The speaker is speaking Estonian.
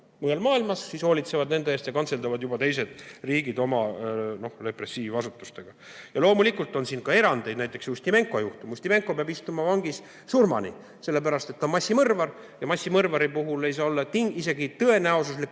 Mujal maailmas hoolitsevad nende eest ja kantseldavad neid teised riigid oma repressiivasutustega. Loomulikult on siin ka erandeid, näiteks Ustimenko juhtum. Ustimenko peab istuma vangis surmani, sellepärast et ta on massimõrvar ja massimõrvari puhul ei saa olla isegi tõenäosuslikku